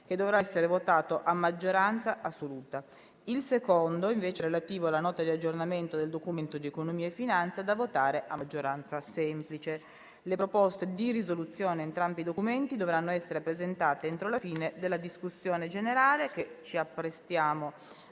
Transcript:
243 del 2012, da votare a maggioranza assoluta; il secondo, relativo alla Nota di aggiornamento del Documento di economia e finanza, da votare a maggioranza semplice. Le proposte di risoluzione ad entrambi i documenti dovranno essere presentate entro la fine della discussione. Dichiaro aperta